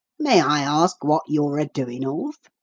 may i ask what you're a-doing of?